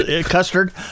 Custard